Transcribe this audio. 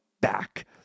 back